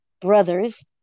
brothers